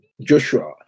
Joshua